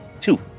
Two